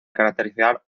caracterizar